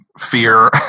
fear